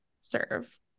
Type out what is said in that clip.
serve